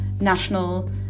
national